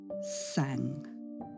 sang